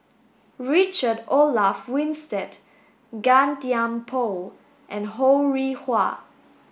Richard Olaf Winstedt Gan Thiam Poh and Ho Rih Hwa